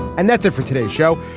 and that's it for today show.